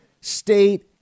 state